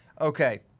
Okay